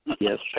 Yes